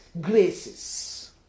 Graces